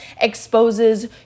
exposes